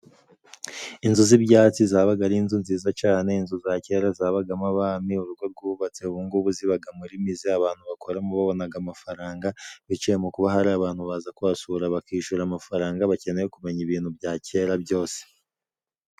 Inzu z'ibyatsi zabaga ari inzu nziza cyane inzu za kera zabagamo abami, urugo rwubatse ubungubu zibaga muri mizi abantu bakoramo babonaga amafaranga ,biciye mu kuba hari abantu baza kuhasura bakishyura amafaranga, bakeneye kumenya ibintu bya kera byose.